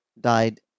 died